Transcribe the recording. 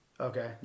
Okay